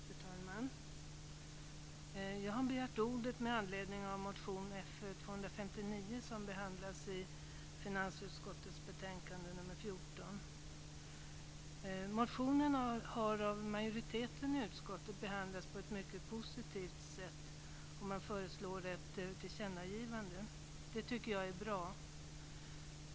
Fru talman! Jag har begärt ordet med anledning av motion Fö259 som behandlas i finansutskottets betänkande nr 14. Motionen har behandlats på ett mycket positivt sätt av majoriteten i utskottet. Man föreslår ett tillkännagivande. Det tycker jag är bra.